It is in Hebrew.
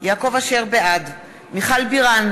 בעד מיכל בירן,